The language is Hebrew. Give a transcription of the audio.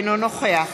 אינו נוכח